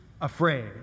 afraid